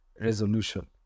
resolution